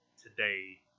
today